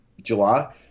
July